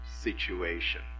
situation